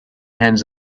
hands